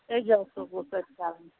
اعجاز صٲب اوس تَتہِ کران